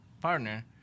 partner